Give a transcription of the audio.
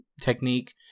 technique